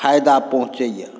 फाइदा पहुँचैए